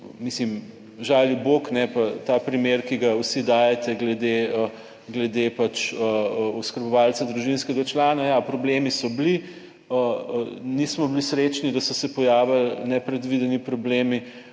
mislim, žali bog, kajne, pa ta primer, ki ga vsi dajete glede, glede pač oskrbovalca družinskega člana. Ja, problemi so bili, nismo bili srečni, da so se pojavili nepredvideni problemi,